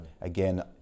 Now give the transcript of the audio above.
again